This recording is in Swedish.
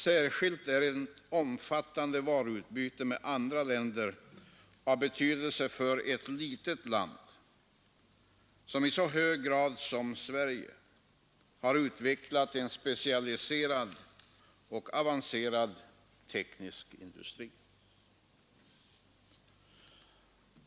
Särskilt är ett omfattande varuutbyte med andra länder av betydelse för ett litet land, som i så hög grad som Sverige har utvecklat en specialiserad och avancerad teknisk industri.